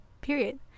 Period